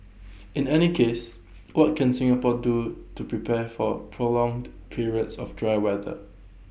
in any case what can Singapore do to prepare for prolonged periods of dry weather